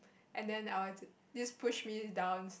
and then I will this push me down